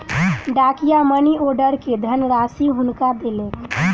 डाकिया money order के धनराशि हुनका देलक